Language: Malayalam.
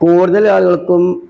കൂടുതൽ ആളുകള്ക്കും